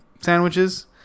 sandwiches